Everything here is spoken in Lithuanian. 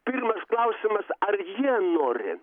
pirmas klausimas ar jie nori